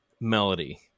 melody